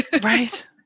right